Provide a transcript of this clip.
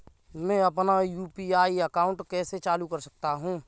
मैं अपना UPI account कैसे चालू कर सकता हूँ?